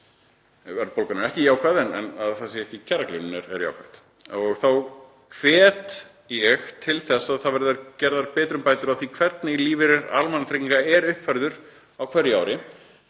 Verðbólgan er ekki jákvæð en að það sé ekki kjaragliðnun er jákvætt. Ég hvet til þess að það verði gerðar betrumbætur á því hvernig lífeyrir almannatrygginga er uppfærður á hverju ári.